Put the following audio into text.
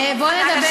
איילת,